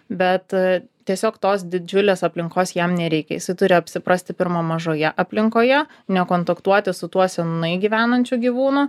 bet tiesiog tos didžiulės aplinkos jam nereikia jisai turi apsiprasti pirma mažoje aplinkoje nekontaktuoti su tuo senai gyvenančiu gyvūnu